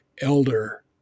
Elder